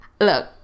look